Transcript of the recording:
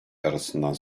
arasından